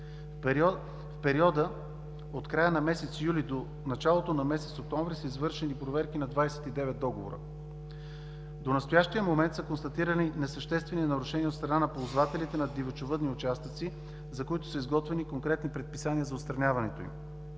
В периода от края на месец юли до началото на месец октомври са извършени проверки на 29 договора. До настоящия момент са констатирани несъществени нарушения от страна на ползвателите на дивечовъдни участъци, за които са изготвени конкретни предписания за отстраняването им.